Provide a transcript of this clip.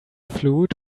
fluid